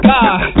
God